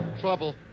Trouble